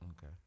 Okay